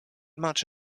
much